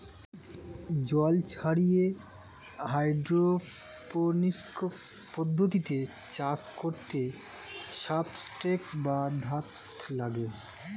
জল ছাড়িয়ে হাইড্রোপনিক্স পদ্ধতিতে চাষ করতে সাবস্ট্রেট বা ধাত্র লাগে